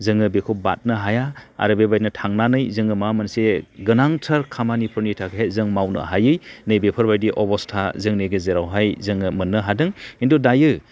जोङो बेखौ बारनो हाया आरो बेबायदिनो थांनानै जोङो माबा मोनसे गोनांथार खामानि फोरनि थाखाय जों मावनो हायि नै बेफोरबायदि अब'स्था जों जोंनि गेजेरावहाय जों मोननो हादों खिन्थु दायो